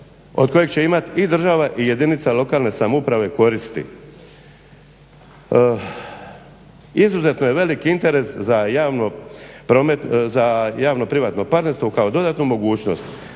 od kojeg će imati i država i jedinica lokalne samouprave koristi. Izuzetno je veliki interes za javno-privatno partnerstvo kao dodatnu mogućnost.